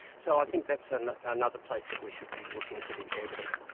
so i think that's and another place that we should be looking pretty carefully.